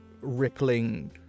rippling